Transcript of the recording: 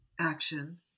action